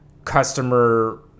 customer